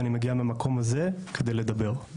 ואני מגיע מהמקום הזה כדי לדבר.